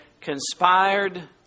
conspired